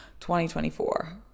2024